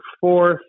fourth